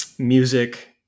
music